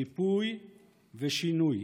ריפוי ושינוי.